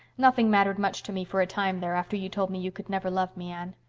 nothing mattered much to me for a time there, after you told me you could never love me, anne.